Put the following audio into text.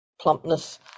plumpness